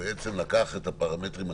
הוא לקח את הפרמטרים הקיימים,